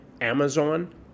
Amazon